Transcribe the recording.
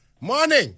Morning